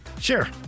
sure